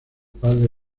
padre